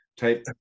type